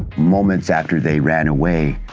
moments after they ran away,